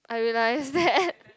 I realised that